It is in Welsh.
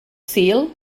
sul